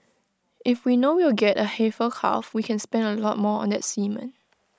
if we know we'll get A heifer calf we can spend A lot more on that semen